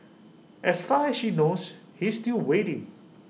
as far as she knows he's still waiting